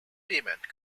payment